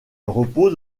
repose